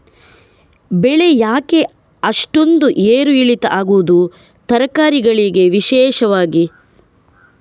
ಬೆಳೆ ಯಾಕೆ ಅಷ್ಟೊಂದು ಏರು ಇಳಿತ ಆಗುವುದು, ತರಕಾರಿ ಗಳಿಗೆ ವಿಶೇಷವಾಗಿ?